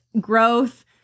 growth